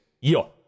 Yo